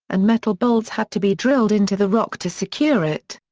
and metal bolts had to be drilled into the rock to secure it.